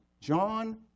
John